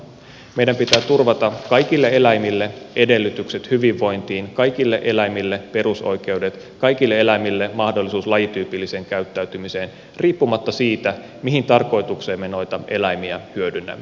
meidän pitää turvata kaikille eläimille edellytykset hyvinvointiin kaikille eläimille perusoikeudet kaikille eläimille mahdollisuus lajityypilliseen käyttäytymiseen riippumatta siitä mihin tarkoitukseen me noita eläimiä hyödynnämme